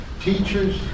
teachers